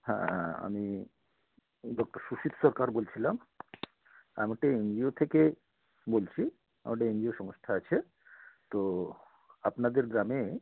হ্যাঁ আমি ডক্টর সুশীত সরকার বলছিলাম আমি একটা এন জি ও থেকে বলছি আমার একটা এন জি ও সংস্থা আছে তো আপনাদের গ্রামে